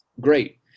Great